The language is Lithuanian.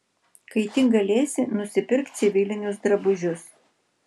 kai tik galėsi nusipirk civilinius drabužius